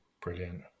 Brilliant